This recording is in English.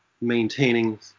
maintaining